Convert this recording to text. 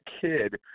kid